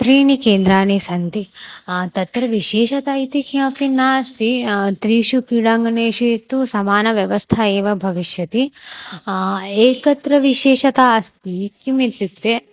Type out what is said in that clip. त्रीणि केन्द्राणि सन्ति तत्र विशेषता इति किमपि नास्ति त्रिषु क्रीडाङ्गणेषु एतत्तु समानव्यवस्था एव भविष्यति एकत्र विशेषता अस्ति किम् इत्युक्ते